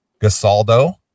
Gasaldo